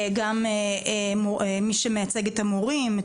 מי שמייצג את המורים,